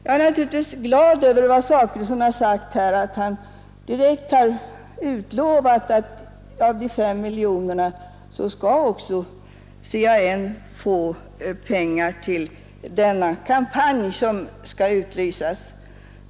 Jag är naturligtvis glad åt att herr Zachrisson direkt har utlovat att CAN skall få del av dessa 5 miljoner kronor till den kampanj som skall utlysas.